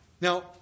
Now